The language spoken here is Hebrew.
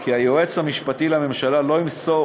אף שהתחקיר כלל לא נועד